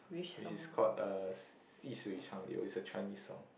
which is called uh 细水长流:Xi Shui Chang Liu it's a Chinese song